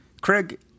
Craig